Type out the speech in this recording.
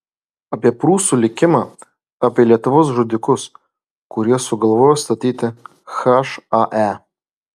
apie prūsų likimą apie lietuvos žudikus kurie sugalvojo statyti hae